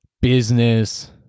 business